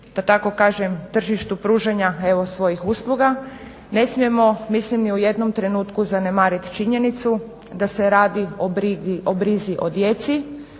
da tako kažem tržištu pružanja evo svojih usluga. Ne smijemo mislim ni u jednom trenutku zanemarit činjenicu da se radi o brizi o djeci